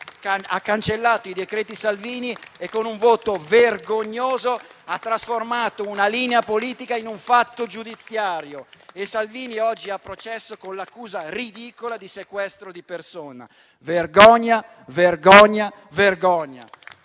ha cancellato i decreti Salvini e, con un voto vergognoso, ha trasformato una linea politica in un fatto giudiziario. E Salvini oggi è a processo con l'accusa ridicola di sequestro di persona. Vergogna! Vergogna! Vergogna!